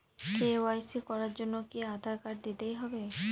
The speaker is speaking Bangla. কে.ওয়াই.সি করার জন্য কি আধার কার্ড দিতেই হবে?